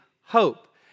hope